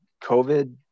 covid